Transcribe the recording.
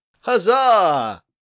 Huzzah